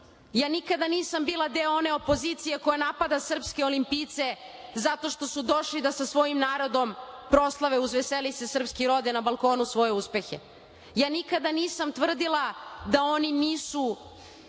Ja nikada nisam bila deo one opozicije koja napada srpske olimpijce zato što su došli da sa svojim narodom proslave uz "Veseli se srpski rode" na balkonu svoje uspehe. Ja nikada nisam tvrdila da oni nisu